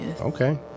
Okay